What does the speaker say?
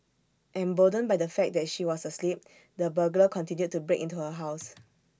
emboldened by the fact that she was asleep the burglar continued to break into her house